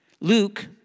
Luke